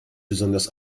besonders